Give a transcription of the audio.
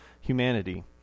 humanity